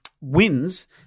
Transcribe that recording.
wins